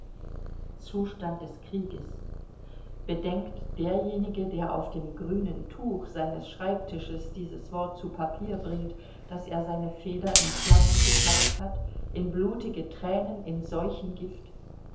zustand des krieges bedenkt derjenige der auf dem grünen tuch seines schreibtisches dieses wort zu papier bringt daß er seine feder in flammen getaucht hat in blutige thränen in